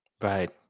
Right